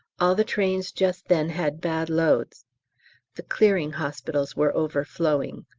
all the trains just then had bad loads the clearing hospitals were overflowing.